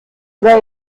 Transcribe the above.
oder